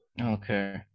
okay